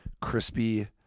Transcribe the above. crispy